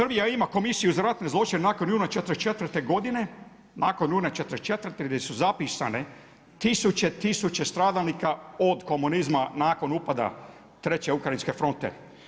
Srbija ima Komisiju za ratne zločine nakon juna '44. godine, nakon juna '44. gdje su zapisane tisuće, tisuće stradalnika od komunizma nakon upada treće ukrajinske fronte.